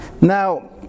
Now